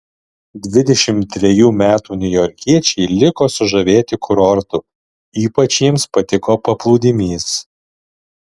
dvidešimt trejų metų niujorkiečiai liko sužavėti kurortu ypač jiems patiko paplūdimys